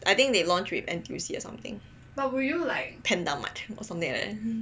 I think they launch with N_T_U_C or something Panda Mart or something like that